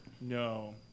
No